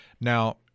Now